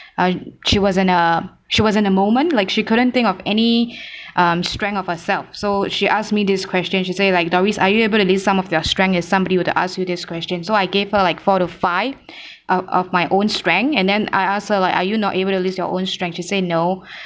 uh she was in a she was in a moment like she couldn't think of any um strength of herself so she asked me this question she said like doris are you able to do some of your strength if somebody were to ask you this question so I gave her like four to five of of my own strength and then I asked her like are you not able to list your own strength she said no